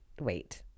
Wait